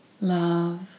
love